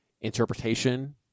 interpretation